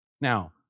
Now